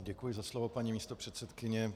Děkuji za slovo, paní místopředsedkyně.